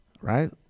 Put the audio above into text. Right